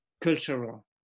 cultural